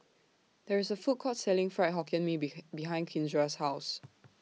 There IS A Food Court Selling Fried Hokkien Mee Be behind Kindra's House